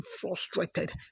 frustrated